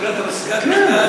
לסגירת המסגד בכלל,